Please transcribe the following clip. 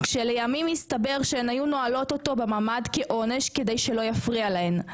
לימים הסתבר שהן היו נועלות אותו בממ"ד כעונש כדי שלא יפריע להן.